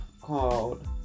called